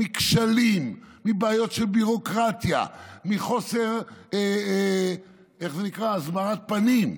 מכשלים, מבעיות של ביורוקרטיה, מחוסר הסברת פנים.